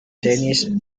dennis